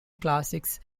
classics